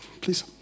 please